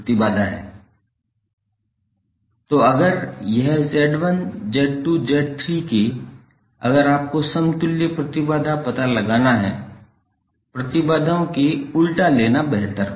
तो अगर यह Z1 Z2 Z3 के अगर आपको समतुल्य प्रतिबाधा पता लगाना है प्रतिबाधाओं के उल्टा लेना बेहतर है